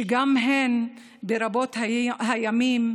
שגם הן, ברבות הימים,